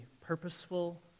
purposeful